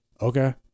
okay